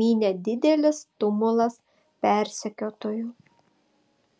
mynė didelis tumulas persekiotojų